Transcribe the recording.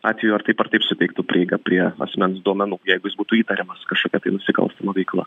atveju ar taip ar taip suteiktų prieigą prie asmens duomenų jeigu jis būtų įtariamas kažkokia tai nusikalstama veikla